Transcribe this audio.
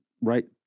right